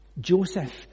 Joseph